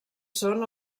són